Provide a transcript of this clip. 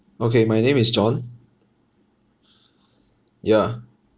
okay my name is john ya